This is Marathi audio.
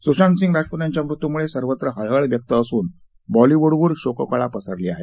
सुशांतसिंग राजपूत यांच्या मृत्यूमुळे सर्वत्र हळहळ व्यक्त होत असून बॉलिवूडवर शोककळा पसरली आहे